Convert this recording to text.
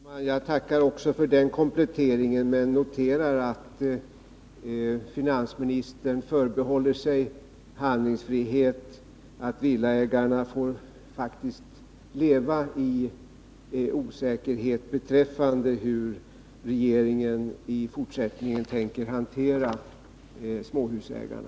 Herr talman! Jag tackar också för den kompletteringen, men noterar att finansministern förbehåller sig handlingsfrihet och att villaägarna faktiskt får leva i osäkerhet beträffande hur regeringen i fortsättningen tänker hantera småhusägarna.